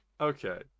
Okay